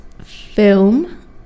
film